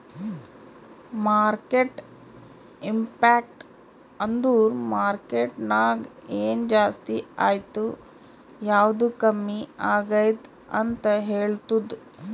market impact ಅಂದುರ್ market ನಾಗ್ ಎನ್ ಜಾಸ್ತಿ ಆಯ್ತ್ ಯಾವ್ದು ಕಮ್ಮಿ ಆಗ್ಯಾದ್ ಅಂತ್ ಹೇಳ್ತುದ್